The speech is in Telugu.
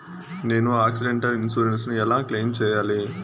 నేను ఆక్సిడెంటల్ ఇన్సూరెన్సు ను ఎలా క్లెయిమ్ సేయాలి?